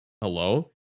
Hello